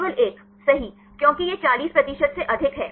केवल 1 सही क्योंकि यह 40 प्रतिशत से अधिक है